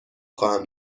خواهم